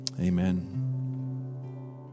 Amen